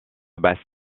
basse